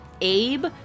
Abe